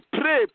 pray